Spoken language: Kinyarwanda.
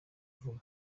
vuba